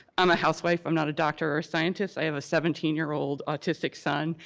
i'm a housewife, i'm not a doctor or a scientist. i have a seventeen year old autistic son.